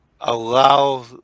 allow